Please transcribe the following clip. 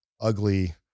ugly